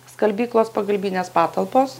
skalbyklos pagalbinės patalpos